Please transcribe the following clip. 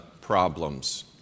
problems